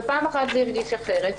ובפעם אחרת זה הרגיש אחרת.